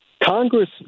Congress